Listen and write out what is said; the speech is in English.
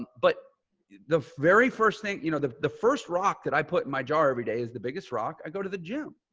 but the very first thing, you know, the the first rock that i put in my jar every day is the biggest rock. i go to the gym.